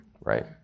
right